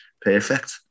perfect